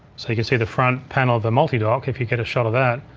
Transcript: so you can see the front panel of the multidock if you get a shot of that.